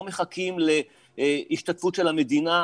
לא מחכים להשתתפות של המדינה,